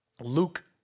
Luke